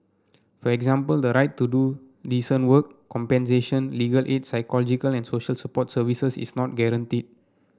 for example the right to do decent work compensation legal aid psychological and social support services is not guarantee